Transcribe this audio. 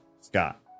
Scott